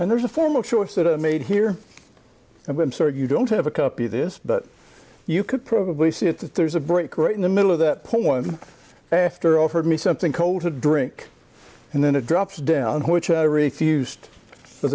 and there's a form of choice that i made here and i'm sorry you don't have a copy of this but you could probably see it that there's a break right in the middle of that point after offered me something cold to drink and then it drops down which i refused for